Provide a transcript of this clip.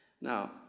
Now